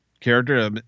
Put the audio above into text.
character